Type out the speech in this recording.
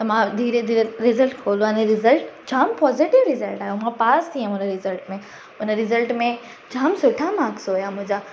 त मां धीरे धीरे रिसल्ट खोलियां थी रिसल्ट जामु पॉसिटिव रिसल्ट आयो मां पास थी वियमि रिसल्ट में उन रिसल्ट में जामु सुठा माक्स हुया मुंहिंजा